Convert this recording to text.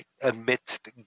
amidst